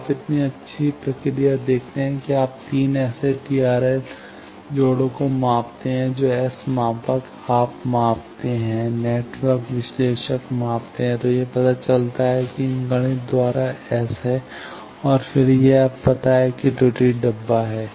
तो आप इतनी अच्छी प्रक्रिया देखते हैं कि आप 3 ऐसे TRL जोड़ो को मापते हैं जो एस मापक आप मापते हैं नेटवर्क विश्लेषण मापते हैं तो यह पता चलता है कि इन गणित द्वारा एस है और फिर यह अब पता है कि त्रुटि डब्बा है